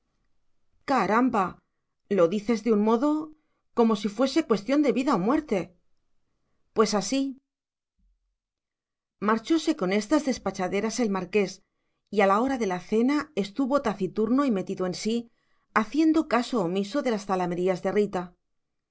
caramba lo dices de un modo como si fuese cuestión de vida o muerte pues así marchóse con estas despachaderas el marqués y a la hora de la cena estuvo taciturno y metido en sí haciendo caso omiso de las zalamerías de rita